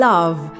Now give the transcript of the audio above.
Love